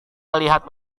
melihat